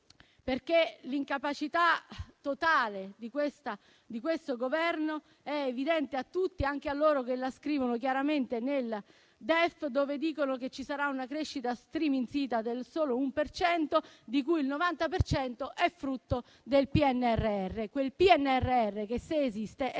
L'incapacità totale di questo Governo è evidente a tutti, anche a coloro che la scrivono chiaramente nel DEF, dove dicono che ci sarà una crescita striminzita del solo uno per cento, di cui il 90 per cento è frutto del PNRR. Quel PNRR che, se esiste,